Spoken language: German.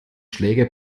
schläge